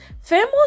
famous